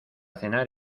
cenar